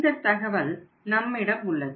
இந்த தகவல் நம்மிடம் உள்ளது